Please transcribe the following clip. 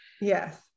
Yes